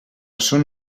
són